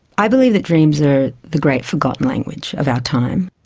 i believe that dreams are the great forgotten language of our time.